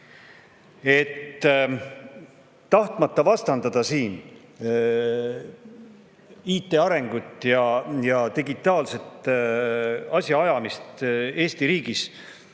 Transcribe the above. Tahtmata vastandada IT arengut ja digitaalset asjaajamist Eesti riigis